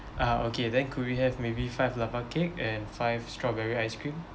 ah okay then could we have maybe five lava cake and five strawberry ice cream